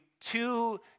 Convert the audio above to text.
two